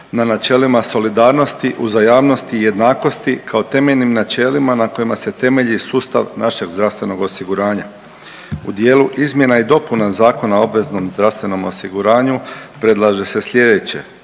na načelima solidarnosti, uzajamnosti i jednakosti kao temeljnim načelima na kojima se temelji sustav našeg zdravstvenog osiguranja. U dijelu izmjena i dopuna Zakona o obveznom zdravstvenom osiguranju predlaže se slijedeće.